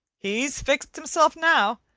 he's fixed himself now.